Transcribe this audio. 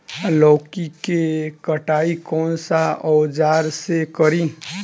लौकी के कटाई कौन सा औजार से करी?